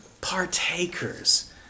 partakers